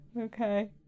okay